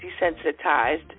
desensitized